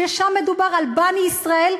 כששם מדובר על "בָּנִי ישראל".